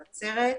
נצרת,